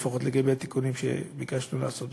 לגבי התיקונים שביקשנו לעשות בזה.